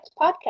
Podcast